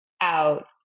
out